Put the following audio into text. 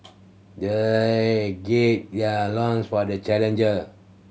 they gird their loins for the challenger